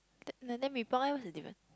then like then Mee-Pok eh what's the difference